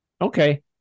Okay